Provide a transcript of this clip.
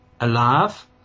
alive